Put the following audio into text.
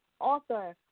author